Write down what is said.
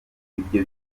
ibyo